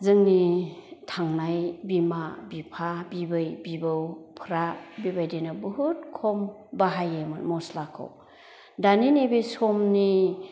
जोंनि थांनाय बिमा बिफा बिबै बिबौफ्रा बेबायदिनो बुहुत खम बाहायोमोन मस्लाखौ दानि नैबे समनि